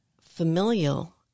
familial